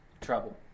trouble